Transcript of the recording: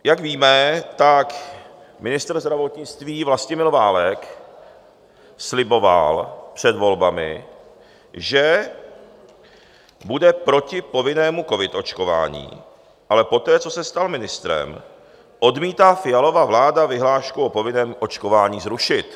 Jak víme, tak ministr zdravotnictví Vlastimil Válek sliboval před volbami, že bude proti povinnému covid očkování, ale poté, co se stal ministrem, odmítá Fialova vláda vyhlášku o povinném očkování zrušit.